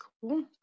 Cool